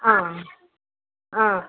ആ ആ